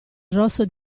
rosso